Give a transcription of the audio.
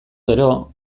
gero